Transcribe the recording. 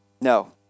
No